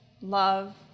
love